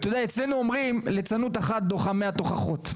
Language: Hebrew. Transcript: אצלנו אומרים, ליצנות אחת דוחה מאה תוכחות.